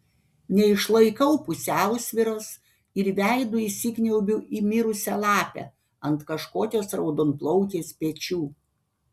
neišlaikau pusiausvyros ir veidu įsikniaubiu į mirusią lapę ant kažkokios raudonplaukės pečių